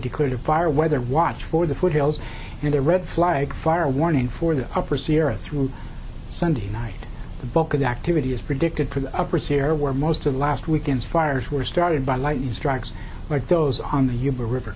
declared a fire weather watch for the foothills and the red flag fire warning for the upper sierra through sunday night the bulk of the activity is predicted for the upper sierra where most of last weekend's fires were started by lightning strikes like those on the